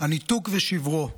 הניתוק ושברו: